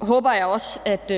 håber jeg også at